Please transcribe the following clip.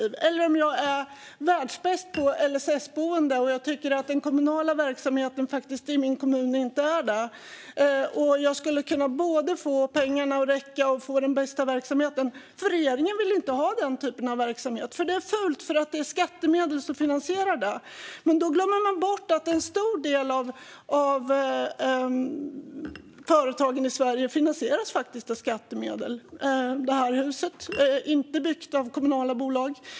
Och det hjälper inte om jag är världsbäst på LSS-boende och tycker att den kommunala verksamheten i min kommun inte duger - även om jag skulle kunna få pengarna att räcka och samtidigt bedriva den bästa verksamheten - för regeringen vill inte ha den typen av verksamhet. Man menar att det är fult med sådan verksamhet, för det är skattemedel som finansierar den. Då glömmer man bort att en stor del av företagen i Sverige faktiskt finansieras med skattemedel. Det här huset är inte byggt av kommunala bolag.